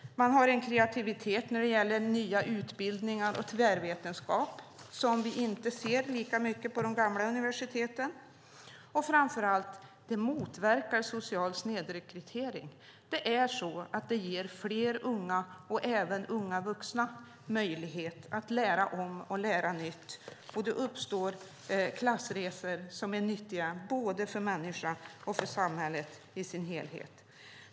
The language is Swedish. Man har en kreativitet när det gäller nya utbildningar och tvärvetenskap som vi inte ser lika mycket på de gamla universiteten. Framför allt motverkar det social snedrekrytering. Det ger fler unga och även unga vuxna möjlighet att lära om och lära nytt. Det uppstår klassresor som är nyttiga både för människan och för samhället i sin helhet.